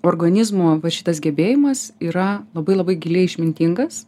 organizmo vat šitas gebėjimas yra labai labai giliai išmintingas